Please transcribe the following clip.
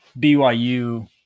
BYU